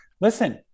Listen